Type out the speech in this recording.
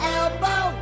elbow